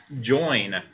join